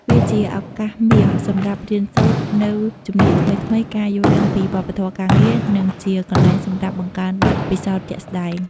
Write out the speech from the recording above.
វាជា ឱកាសមាសសម្រាប់រៀនសូត្រ នូវជំនាញថ្មីៗ ការយល់ដឹងពីវប្បធម៌ការងារ និងជាកន្លែងសម្រាប់ បង្កើនបទពិសោធន៍ជាក់ស្ដែង។